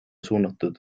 suunatud